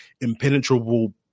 impenetrable